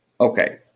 Okay